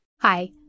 Hi